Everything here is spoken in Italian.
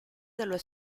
dello